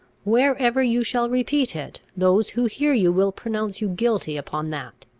wherever you shall repeat it, those who hear you will pronounce you guilty upon that,